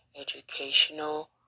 educational